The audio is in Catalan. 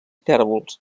tèrbols